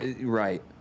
Right